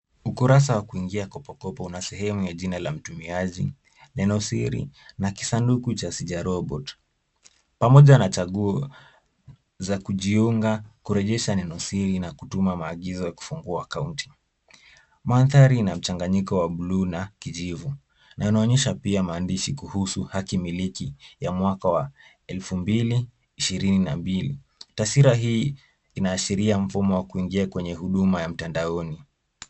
Ukurasa wa kuingia Kopokopo una sehemu ya jina la mtumiaji, neno siri na kisanduku cha sijarobot .Pamoja na chaguo za kujiunga, kurejesha neno siri na kutuma maagizo ya kufungua akaunti. Mandhari ina mchanganyiko wa bluu na kijivu na inaonyesha pia maandishi kuhusu haki miliki ya mwaka wa elfu mbili ishirini na mbili. Taswira hii inaashiria mfumo wa kuingia kwenye huduma ya mtandaoni.